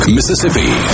Mississippi